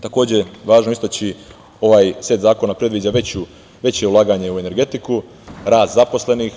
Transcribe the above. Takođe je važno istaći da ovaj set zakona predviđa veće ulaganje u energetiku, rast zaposlenih.